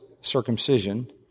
circumcision